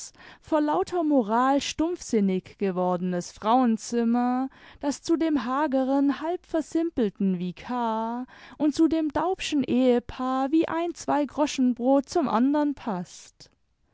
vor lauter moral stumpfsimiig gewordenes frauenzimmer das zu dem hageren halb versimpelten vikar und zu dem daubschen ehepaar wie ein zweigroschenbrot zum andern paßt